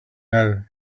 now